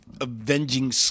avenging